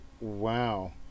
Wow